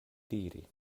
diri